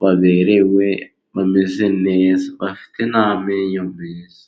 baberewe bameze neza, bafite n'amenyo meza.